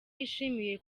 yishimiye